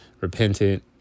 repentant